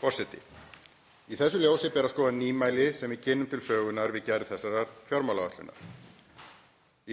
Forseti. Í þessu ljósi ber að skoða nýmæli sem við kynnum til sögunnar við gerð þessarar fjármálaáætlunar.